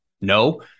No